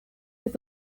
with